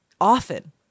often